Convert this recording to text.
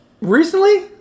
Recently